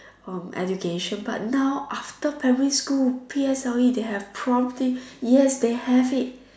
um education but now after primary school P_S_L_E they have prom thing yes they have it